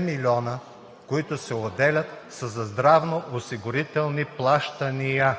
милиона, които се отделят, са за здравноосигурителни плащания